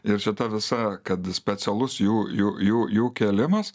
ir šita visa kad specialus jų jų jų jų kėlimas